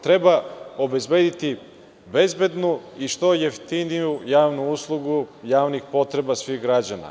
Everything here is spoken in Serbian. Treba obezbediti bezbednu i što jeftiniju javnu uslugu, javnih potreba svih građana.